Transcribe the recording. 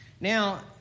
Now